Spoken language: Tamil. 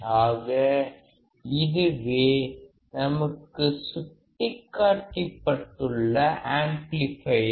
ஆக இதுவே நமக்குச் சுட்டிக்காட்டப்பட்டுள்ள ஆம்ப்ளிபையர்